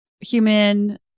human